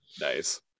Nice